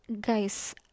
guys